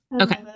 okay